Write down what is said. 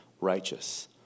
righteous